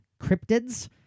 cryptids